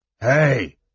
Hey